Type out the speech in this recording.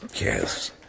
Yes